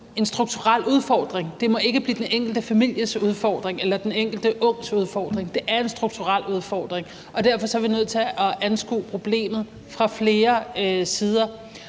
en strukturel udfordring. Det må ikke blive den enkelte families udfordring eller den enkelte unges udfordring. Det er en strukturel udfordring, og derfor er vi nødt til at anskue problemet fra flere sider